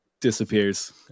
disappears